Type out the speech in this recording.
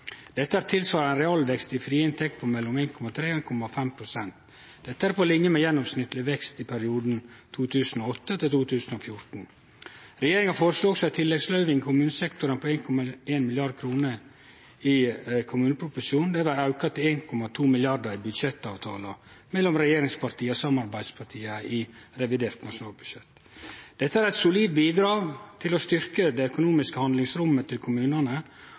Dette svarar til ein realvekst i frie inntekter på mellom 1,3 pst. og 1,5 pst. Dette er på linje med gjennomsnittleg vekst i perioden 2008–2014. Regjeringa føreslo også ei tilleggsløyving til kommunesektoren på 1,1 mrd. kr i kommuneproposisjonen. Det blei auka til 1,2 mrd. kr i budsjettavtala mellom regjeringspartia og samarbeidspartia i revidert nasjonalbudsjett. Dette er eit solid bidrag til å styrkje det økonomiske handlingsrommet til kommunane,